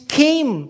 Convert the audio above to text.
came